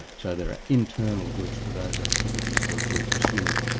so there are internal goods to those activities that we pursue.